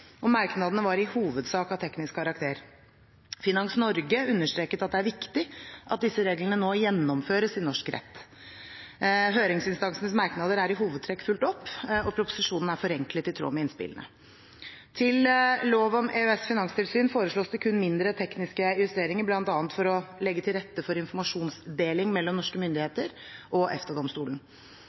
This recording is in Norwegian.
og merknadene var i hovedsak av teknisk karakter. Finans Norge understreket at det er viktig at disse reglene nå gjennomføres i norsk rett. Høringsinstansenes merknader er i hovedtrekk fulgt opp, og proposisjonen er forenklet i tråd med innspillene. Til lov om EØS-finanstilsyn foreslås det kun mindre, tekniske justeringer, bl.a. for å legge til rette for informasjonsdeling mellom norske myndigheter og